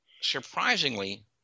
surprisingly